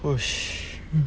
push